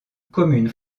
commune